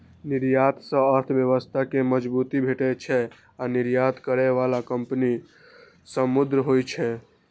निर्यात सं अर्थव्यवस्था कें मजबूती भेटै छै आ निर्यात करै बला कंपनी समृद्ध होइ छै